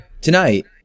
tonight